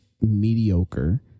mediocre